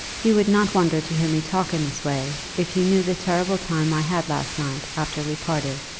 you would not wonder to hear me talk in this way, if you knew the terrible time i had last night after we parted.